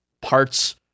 parts